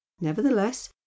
Nevertheless